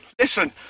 Listen